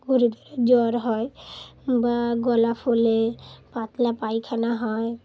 ঘুরে ঘুরে জ্বর হয় বা গলা ফোলে পাতলা পায়খানা হয়